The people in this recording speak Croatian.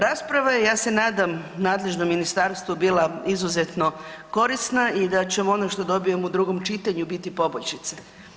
Rasprava je, ja se nadam nadležno ministarstvo, bila izuzetno korisna i da ćemo ono što dobijemo u drugom čitanju biti poboljšica.